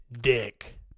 dick